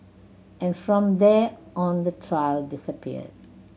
and from there on the trail disappeared